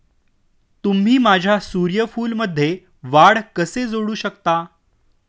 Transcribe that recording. तुम्ही माझ्या सूर्यफूलमध्ये वाढ कसे जोडू शकता?